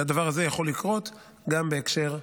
והדבר הזה יכול לקרות גם בהקשר האזרחי.